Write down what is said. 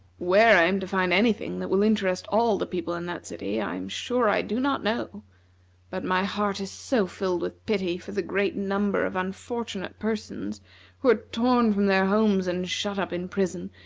where i am to find any thing that will interest all the people in that city, i am sure i do not know but my heart is so filled with pity for the great number of unfortunate persons who are torn from their homes and shut up in prison,